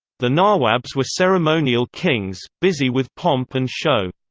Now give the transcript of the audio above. the nawabs were ceremonial kings, busy with pomp and show.